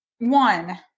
one